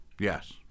Yes